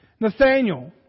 Nathaniel